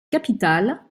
capitale